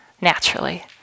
naturally